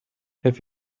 have